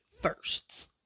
firsts